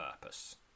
purpose